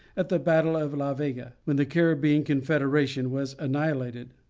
at the battle of la vega, when the caribbean confederation was annihilated.